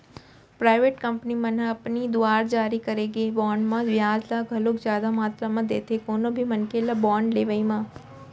private company मन ह अपन दुवार जारी करे गे बांड मन म बियाज ल घलोक जादा मातरा म देथे कोनो भी मनखे ल बांड लेवई म